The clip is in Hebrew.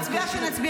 אפשר להסית, להסית.